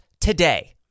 today